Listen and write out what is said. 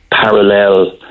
parallel